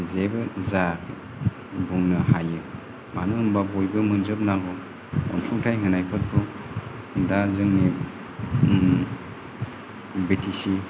जेबो जायाखै बुंनो हायो मानो होनबा बयबो मोनजोबनांगौ अनसुंथाइ होनायफोरखौ दा जोंनि बेनि बि टि सि